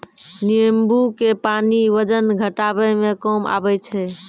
नेंबू के पानी वजन घटाबै मे काम आबै छै